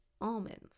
almonds